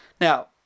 Now